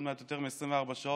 עוד מעט יותר מ-24 שעות.